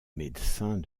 médecins